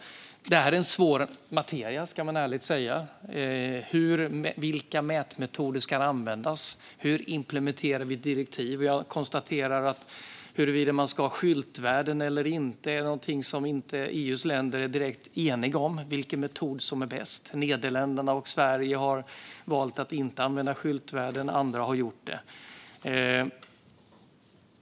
Det här är en svår materia, ska jag ärligt säga. Vilka mätmetoder ska användas? Hur implementerar vi direktiv? När det gäller huruvida man ska ha skyltvärden eller inte är EU:s länder inte direkt eniga om vilken metod som är bäst. Nederländerna och Sverige har valt att inte använda skyltvärden, andra har gjort det.